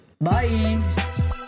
Bye